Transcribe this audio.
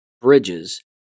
bridges